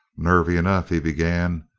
nervy enough, he began,